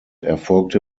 erfolgte